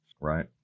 Right